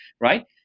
right